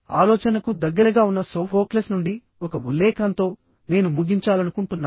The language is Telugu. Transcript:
ఆలోచనకు దగ్గరగా ఉన్న సోఫోక్లెస్ నుండి ఒక ఉల్లేఖనంతో నేను ముగించాలనుకుంటున్నాను